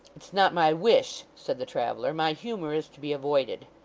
it's not my wish said the traveller. my humour is to be avoided